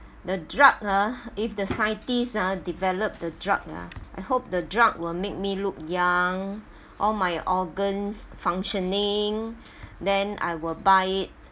the drug ha if the scientists developed the drug ah I hope the drug will make me look young all my organs functioning then I will buy it